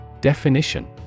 Definition